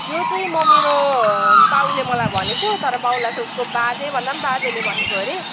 यो चाहिँ म मेरो बाउले मलाई भनेको तर बाउलाई चाहिँ उसको बाजे भन्दा पनि बाजेले भनेको अरे